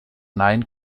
nein